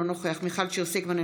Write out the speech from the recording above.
אינו נוכח מיכל שיר סגמן,